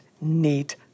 need